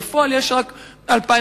בפועל יש רק 2,400,